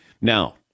Now